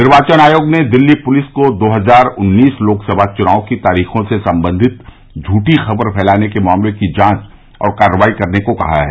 निर्वाचन आयोग ने दिल्ली पुलिस को दो हजार उन्नीस लोकसभा चुनाव तारीखों से संबंधित झूठी खबर फैलाने के मामले की जांच और कार्रवाई करने को कहा है